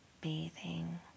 bathing